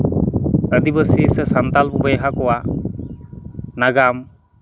ᱟᱹᱫᱤᱵᱟᱹᱥᱤ ᱥᱮ ᱥᱟᱱᱛᱟᱲ ᱵᱚᱭᱦᱟ ᱠᱚᱣᱟᱜ ᱱᱟᱜᱟᱢ